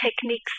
techniques